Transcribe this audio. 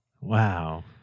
Wow